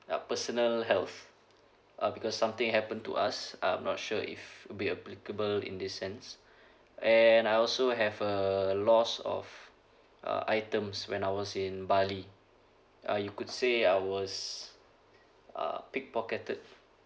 ya personal health uh because something happened to us I'm not sure if it'll be applicable in this sense and I also have a loss of uh items when I was in bali uh you could say I was uh pickpocketed